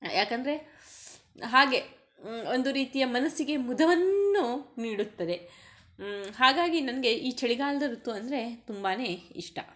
ಯಾಕಂದರೆ ಹಾಗೆ ಒಂದು ರೀತಿಯ ಮನಸ್ಸಿಗೆ ಮುದವನ್ನು ನೀಡುತ್ತದೆ ಹಾಗಾಗಿ ನನಗೆ ಈ ಚಳಿಗಾಲದ ಋತು ಅಂದರೆ ತುಂಬಾ ಇಷ್ಟ